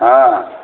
हँ